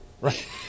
right